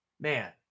Man